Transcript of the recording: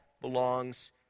belongs